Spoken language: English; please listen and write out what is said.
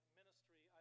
ministry